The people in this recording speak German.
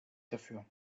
dafür